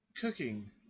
cooking